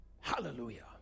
Hallelujah